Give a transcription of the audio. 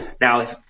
Now